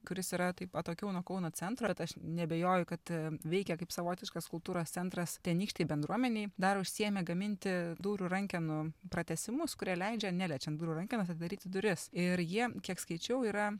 kuris yra taip atokiau nuo kauno centro tai aš neabejoju kad veikia kaip savotiškas kultūros centras tenykštėj bendruomenėj dar užsiėmė gaminti durų rankenų pratęsimus kurie leidžia neliečiant durų rankenos atidaryti duris ir jie kiek skaičiau yra